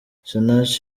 sinach